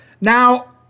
now